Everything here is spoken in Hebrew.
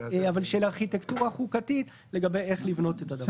של ארכיטקטורה חוקתית לגבי איך לבנות את הדבר הזה.